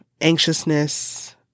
anxiousness